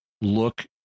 look